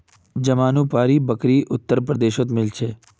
जमानुपारी बकरी उत्तर प्रदेशत मिल छे